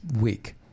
week